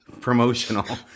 promotional